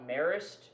marist